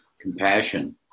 compassion